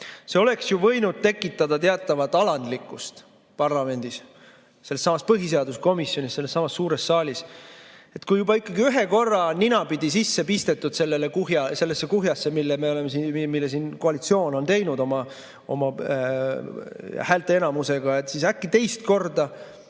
See oleks ju võinud tekitada teatavat alandlikkust parlamendis, sellessamas põhiseaduskomisjonis, sellessamas suures saalis. Kui juba ühe korra on ninapidi sisse pistetud sellesse kuhjasse, mille koalitsioon on teinud oma häälteenamusega, siis äkki teist korda